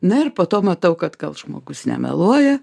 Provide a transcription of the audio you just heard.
na ir po to matau kad gal žmogus nemeluoja